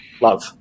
love